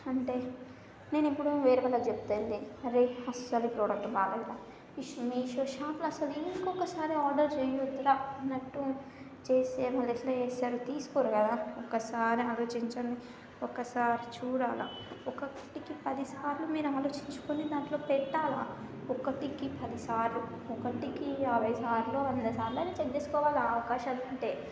అంటే నేను ఇప్పుడువేరే వాళ్ళకు చెప్తా వెళ్ళి అరే అస్సలు ఈ ప్రోడక్ట్ బాలేదురా మీషో షాప్లో అసలు ఏం కూడా ఒకసారి ఆర్డర్ చేయకూడదురా అన్నట్టు చేస్తే మళ్ళీ ఎట్లా చేస్తారు తీసుకోరు కదా ఒకసారి ఆలోచించండి ఒకసారి చూడాలా ఒకటికి పదిసార్లు మీరు ఆలోచించుకొని దాంట్లో పెట్టాలా ఒకటికి పది సార్లు ఒకటికి యాభై సార్లు వంద సార్లు అయినా చెక్ చేసుకోవాలా అవకాశం ఉంటే